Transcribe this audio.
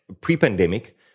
pre-pandemic